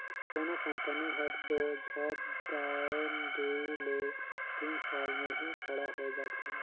कोनो कंपनी हर दो झट दाएन दुई ले तीन साल में ही खड़ा होए जाथे